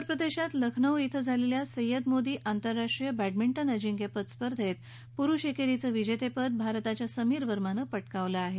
उत्तर प्रदेशात लखनौ इथं झालेल्या सय्यद मोदी आंतरराष्ट्रीय बॅडमिंटन अजिंक्यपद स्पर्धेत पुरुष एकेरीचं विजेतेपद भारताच्या समीर वर्मानं पटकावलं आहे